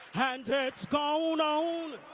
and it's gone on